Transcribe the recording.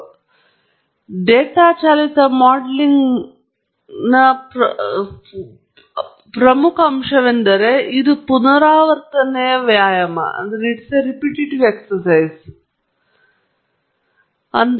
ಮತ್ತು ಕೊನೆಯ ಆದರೆ ಡೇಟಾ ಚಾಲಿತ ಮಾಡೆಲಿಂಗ್ ಕನಿಷ್ಠ ಪ್ರಮುಖ ಅಂಶವೆಂದರೆ ಇದು ಪುನರಾವರ್ತನೆಯ ವ್ಯಾಯಾಮ ಎಂದು